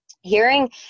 hearing